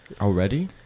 Already